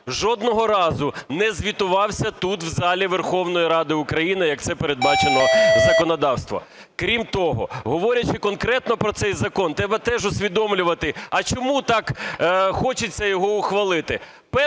жодного разу не звітувався тут в залі Верховної Ради України, як це передбачено законодавством. Крім того, говорячи конкретно про цей закон, треба теж усвідомлювати – а чому так хочеться його ухвалити.